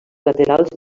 laterals